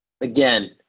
again